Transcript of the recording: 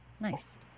Nice